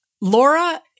Laura